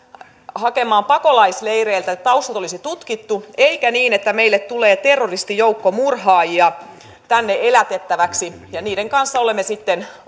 hakemaan pakolaisleireiltä jotta taustat olisi tutkittu eikä niin että meille tulee terroristijoukko murhaajia tänne elätettäväksi ja niiden kanssa olemme sitten